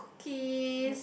cookies